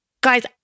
Guys